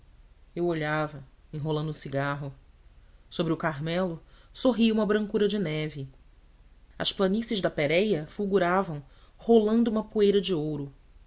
eu olhava enrolando um cigarro sobre o carmelo sorria uma brancura de neve as planícies da pérea fulguravam rolando uma poeira de ouro